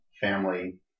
Family